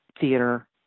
theater